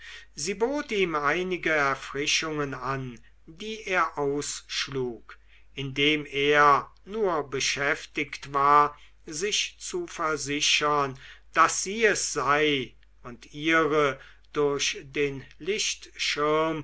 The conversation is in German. sie bot ihm einige erfrischungen an die er ausschlug indem er nur beschäftigt war sich zu versichern daß sie es sei und ihre durch den lichtschirm